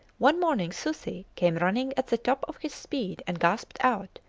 one morning susi came running at the top of his speed and gasped out,